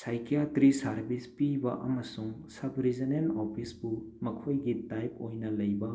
psychiatry service ꯄꯤꯕ ꯑꯃꯁꯨꯡ sub regional ꯑꯣꯐꯤꯁꯄꯨ ꯃꯈꯣꯏꯒꯤ ꯇꯥꯏꯄ ꯑꯣꯏꯅ ꯂꯩꯕ